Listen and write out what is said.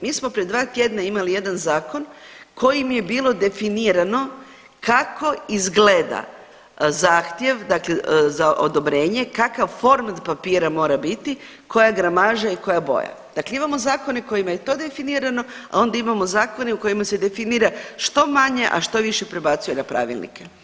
Mi smo pred dva tjedna imali jedan zakon kojim je bilo definirano kako izgleda zahtjev dakle za odobrenje, kakav format papira mora biti, koja gramaža i koja boja, dakle imamo zakone kojima je to definirano, a onda imamo zakone u kojima se definira što manje, a što više prebacuje na pravilnike.